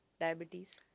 diabetes